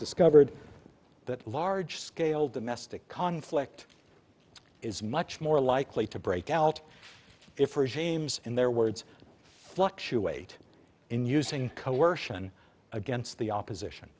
discovered that large scale domestic conflict is much more likely to break out if regimes in their words fluctuate in using coercion against the opposition